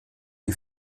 die